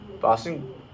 Boston